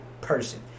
person